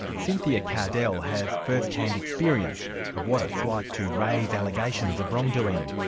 cynthia kardell has first-hand experience of what it's like to raise allegations of wrongdoing.